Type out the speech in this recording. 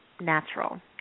natural